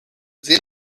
sehr